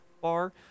bar